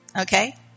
okay